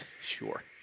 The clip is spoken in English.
Sure